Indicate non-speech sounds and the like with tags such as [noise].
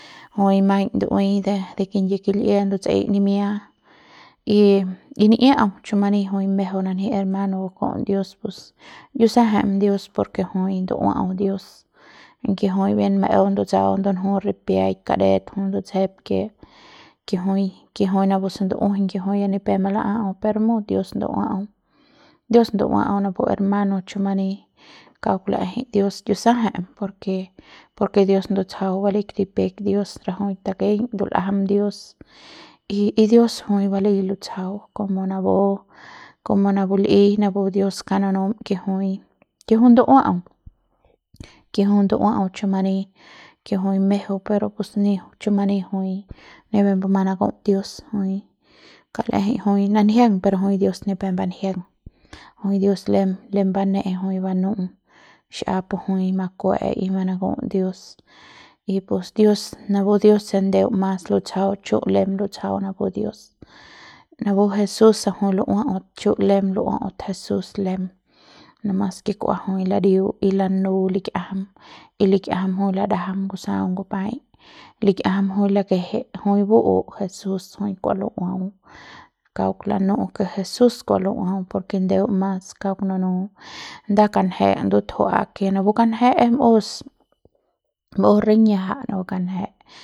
[noise] jui maiñ ndu'ui de de kingyie kil'ie ndutseiñ nimia y y ni'iau chumani jui mejeu nanji hermano baku'uts dios pus yu saje'em dios por ke jui ndu'uau dios aunque jui maeu ndutsau ndunju ripiaik kadet jui ndutsjep ke ke jui, ke jui napu se ndu'ujuiñ ke jui ya ni pep mala'au per mut dios ndu'uau, dios ndu'uau napu hermano chumani kauk la'ejei dios yu saje'em por ke por ke dios ndutsjau baleik ripiaik dios rajuik ndakeiñ ndul'ajam dios y y dios jui balei lutsjau komo napu komo napu l'i napu dios kaung nunum ke jui ke jui ndu'uau ke jui ndu'uau chumani ke jui mejeu pero pus ni chumani jui ni pep mbumang naku'uts dios jui kauk la'ejei jui nanjiang pero jui dios ni pep banjiang jui dios lem mane'e jui banu'u xap pe jui makue'e y manaku'uts dios y pus dios napu dios se ndeu mas lutsjau chu lem, lem lutsjau napu dios napu jesús se jui lu'uaut chu lem lu'uaut jesús lem nomas ke kua jui ladiu y lanu likiajam y likiajam jui ladajam ngusaung y ngumbai likiajam jui lakeje jui ba'u jesús jui kua lu'uau kauk lanu'u ke jesús jui kua lu'uau ke ndeu mas kauk nunu nda kanje ndutjua'a ke napu kanje es maus maus riña'ja napu kanje.